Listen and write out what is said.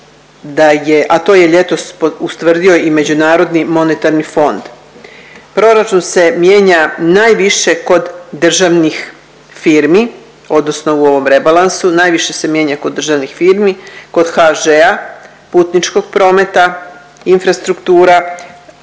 a to je ljetos ustvrdio i Međunarodni monetarni fond. Proračun se mijenja najviše kod državnih firmi, odnosno u ovom rebalansu najviše se mijenja kod državnih firmi, kod HŽ-a, putničkog prometa, infrastruktura,